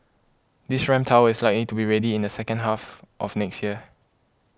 this ramp tower is likely to be ready in the second half of next year